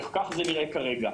כך זה נראה כרגע.